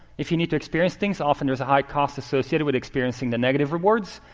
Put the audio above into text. if you need to experience things, often there's a high cost associated with experiencing the negative rewards.